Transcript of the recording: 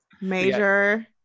major